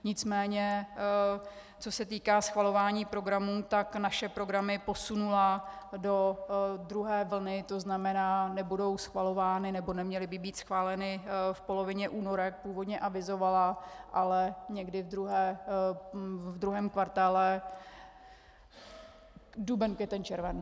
Nicméně co se týká schvalování programů, tak naše programy posunula do druhé vlny, to znamená, nebudou schvalovány, nebo neměly by být schváleny v polovině února, jak původně avizovala, ale někdy v druhém kvartálu, duben, květen, červen.